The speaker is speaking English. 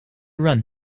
run